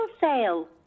sale